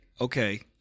okay